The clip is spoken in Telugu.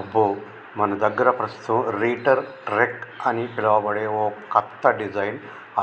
అబ్బో మన దగ్గర పస్తుతం రీటర్ రెక్ అని పిలువబడే ఓ కత్త డిజైన్